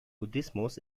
buddhismus